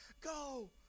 go